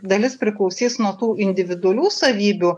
dalis priklausys nuo tų individualių savybių